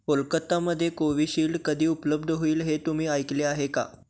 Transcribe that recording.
कोलकत्तामध्ये Covishield कधी उपलब्ध होईल हे तुम्ही ऐकले आहे का